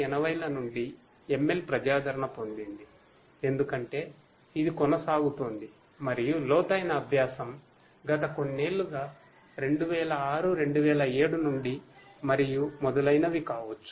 1980 ల నుండి ML ప్రజాదరణ పొందింది ఎందుకంటే ఇది కొనసాగుతోంది మరియు లోతైన అభ్యాసం గత కొన్నేళ్ళుగా 2006 2007 నుండి మరియు మొదలైనవి కావచ్చు